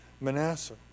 Manasseh